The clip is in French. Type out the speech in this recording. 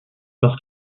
parce